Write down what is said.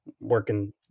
Working